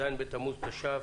ז' בתמוז התש"ף.